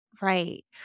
Right